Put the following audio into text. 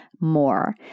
more